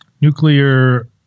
nuclear –